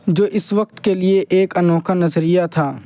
جو اس وقت کے لیے ایک انوکھا نظریہ تھا